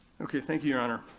okay, thank you, your honor.